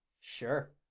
Sure